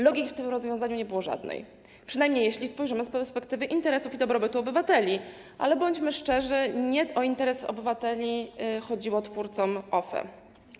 Logiki w tym rozwiązaniu nie było żadnej, przynajmniej jeśli spojrzymy z perspektywy interesów i dobrobytu obywateli, ale bądźmy szczerzy, nie o interesy obywateli chodziło twórcom OFE.